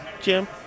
Jim